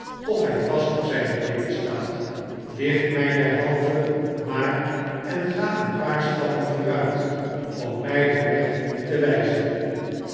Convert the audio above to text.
of hij vast op zijne beenen staat licht mij derhalve maar en ga een paar stappen vooruit om mij den weg te wijzen